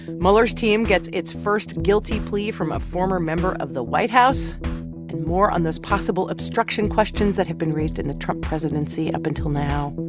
mueller's team gets its first guilty plea from a former member of the white house and more on those possible obstruction questions that have been raised in the presidency and up until now.